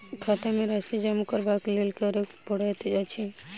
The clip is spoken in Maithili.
खाता मे राशि जमा करबाक लेल की करै पड़तै अछि?